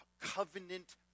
covenant